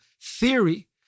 theory